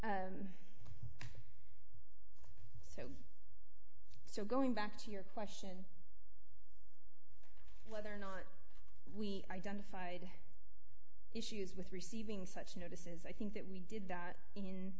h so going back to your question whether or not we identified issues with receiving such notices i think that we did that